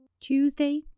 Tuesday